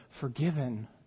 forgiven